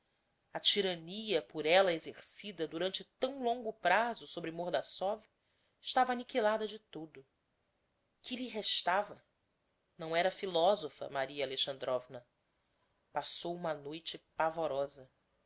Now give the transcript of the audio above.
a tirannia por ella exercida durante tão longo prazo sobre mordassov estava aniquilada de todo que lhe restava não era filosofa maria alexandrovna passou uma noite pavorosa